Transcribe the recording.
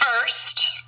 first